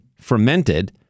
fermented